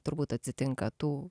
turbūt atsitinka tų